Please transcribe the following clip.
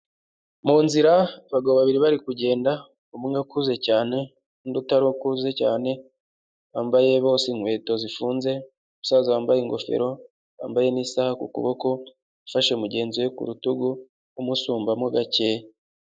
Mu nzira, abagabo babiri bari kugenda umwe akuze cyane n’undi utari ukuze cyane, bambaye bose inkweto zifunze. Umusaza wambaye ingofero wambaye n’isaha ku kuboko afashe mugenzi we ku rutugu umusumbamo gakeya.